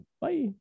Bye